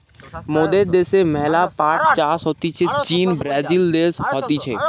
মোদের দ্যাশে ম্যালা পাট চাষ হতিছে চীন, ব্রাজিল দেশে হতিছে